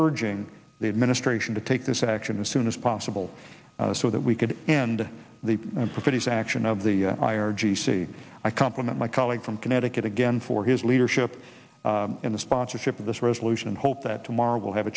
urging the administration to take this action as soon as possible so that we could end the perfidies action of the i r g c i compliment my colleague from connecticut again for his leadership in the sponsorship of this resolution and hope that tomorrow will have a